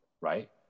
right